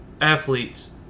athletes